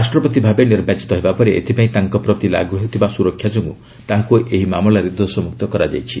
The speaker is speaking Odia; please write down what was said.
ରାଷ୍ଟ୍ରପତି ଭାବେ ନିର୍ବାଚିତ ହେବା ପରେ ଏଥିପାଇଁ ତାଙ୍କ ପ୍ରତି ଲାଗୁ ହେଉଥିବା ସୁରକ୍ଷା ଯୋଗୁଁ ତାଙ୍କୁ ଏହି ମାମଲାରେ ଦୋଷମୁକ୍ତ କରାଯାଇଛି